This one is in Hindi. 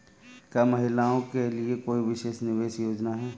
क्या महिलाओं के लिए कोई विशेष निवेश योजना है?